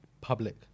Public